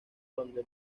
donde